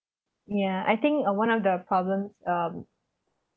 yeah I think uh one of the problems um